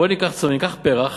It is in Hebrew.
בואו ניקח צומח, ניקח פרח